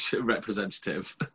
representative